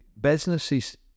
businesses